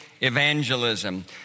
Evangelism